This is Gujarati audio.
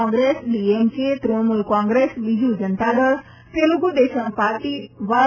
Congress DMK Trinamool Congress Biju Janata Dal Telugu Desam party Y